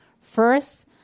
First